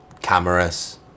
cameras